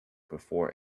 before